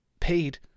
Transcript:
paid